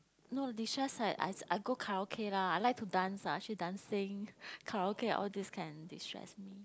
no destress ah as I go karaoke lah I like to dance ah she dancing karaoke all this kind destress me